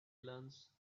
learns